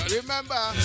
Remember